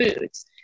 foods